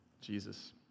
Jesus